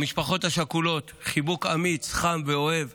למשפחות השכולות, חיבוק אמיץ, חם ואוהב.